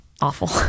awful